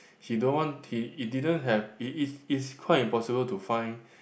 he don't want he it didn't have it is it's quite impossible to find